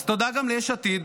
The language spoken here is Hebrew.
אז תודה גם ליש עתיד,